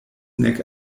nek